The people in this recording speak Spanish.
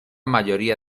mayoría